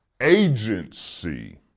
agency